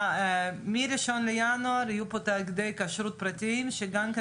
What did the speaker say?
מ-1 בינואר יהיו פה תאגידי כשרות פרטיים שגם כן